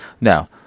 now